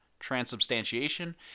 transubstantiation